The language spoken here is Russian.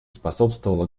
способствовало